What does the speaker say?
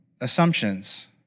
assumptions